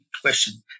question